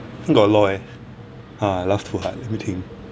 think got a lot eh uh laugh too hard let me think